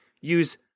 Use